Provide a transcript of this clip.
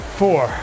four